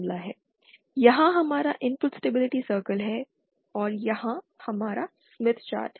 यहां हमारा input stability circle है और यहां हमारा स्मिट चार्ट है